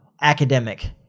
academic